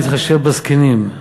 להתחשב בזקנים,